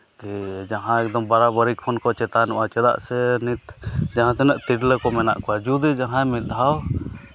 ᱡᱮ ᱡᱟᱦᱟᱸᱭ ᱮᱠᱫᱚᱢ ᱵᱟᱨᱟᱵᱟᱹᱨᱤ ᱠᱷᱚᱱ ᱠᱚ ᱪᱮᱛᱟᱱᱚᱜᱼᱟ ᱪᱮᱫᱟᱜ ᱥᱮ ᱱᱤᱛ ᱡᱟᱦᱟᱸᱛᱤᱱᱟᱹᱜ ᱛᱤᱨᱞᱟᱹ ᱠᱚ ᱢᱮᱱᱟᱜ ᱠᱚᱣᱟ ᱡᱩᱫᱤ ᱡᱟᱦᱟᱸᱭ ᱢᱤᱫ ᱫᱷᱟᱣ